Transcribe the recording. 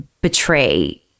betray